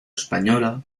española